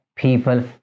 People